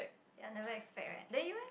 ya never expect right then you eh